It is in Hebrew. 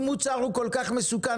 אם מוצר הוא כל כך מסוכן,